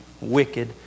wicked